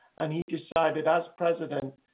and he decided as president,